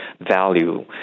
value